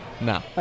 No